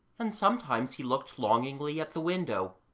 and sometimes he looked longingly at the window.